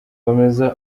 komeza